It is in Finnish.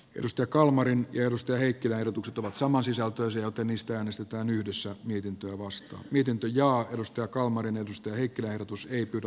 anne kalmarin ja lauri heikkilän ehdotukset ovat samansisältöisiä joten niistä äänestetään yhdessä mietintöä vastaan viidenteen ja edustajakamarin edustaja ei pidä ehdotus ei pidä